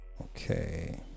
okay